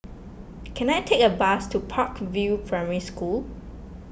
can I take a bus to Park View Primary School